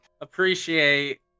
appreciate